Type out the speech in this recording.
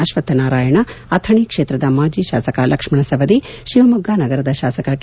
ಅಶ್ವಥ ನಾರಾಯಣ ಅಥಣಿ ಕ್ಷೇತ್ರದ ಮಾಜಿ ಶಾಸಕ ಲಕ್ಷ್ಣ ಸವದಿ ಶಿವಮೊಗ್ಗ ನಗರದ ಶಾಸಕ ಕೆ